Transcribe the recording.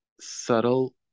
subtle